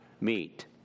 meet